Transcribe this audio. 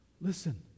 Listen